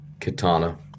katana